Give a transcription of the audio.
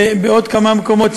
בעוד כמה מקומות,